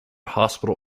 hospital